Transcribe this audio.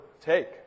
take